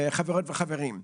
חברות וחברים,